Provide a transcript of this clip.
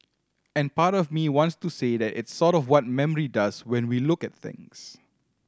and part of me wants to say that it's sort of what memory does when we look at things